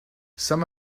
some